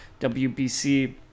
WBC